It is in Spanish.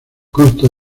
consta